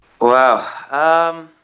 Wow